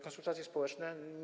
Konsultacje społeczne.